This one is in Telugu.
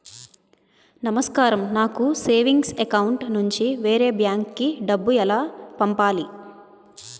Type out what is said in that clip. నమస్కారం నాకు సేవింగ్స్ అకౌంట్ నుంచి వేరే బ్యాంక్ కి డబ్బు ఎలా పంపాలి?